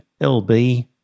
LB